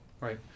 Right